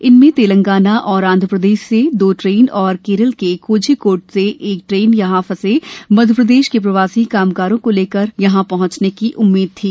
इनमें तेलंगाना और आंध्र प्रदेश से दो ट्रेन और केरल के कोझीकोड से एक ट्रेन यहाँ फंसे मप्र के प्रवासी कामगारों को लेकर यहाँ पहंचने की उम्मीद थी